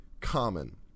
common